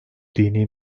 dini